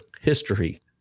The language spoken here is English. history